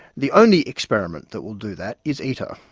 the only experiment that will do that is iter.